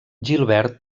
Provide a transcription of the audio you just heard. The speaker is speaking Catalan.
gilbert